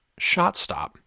ShotStop